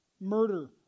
murder